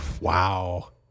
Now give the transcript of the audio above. Wow